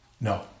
no